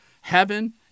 heaven